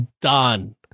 done